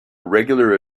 regular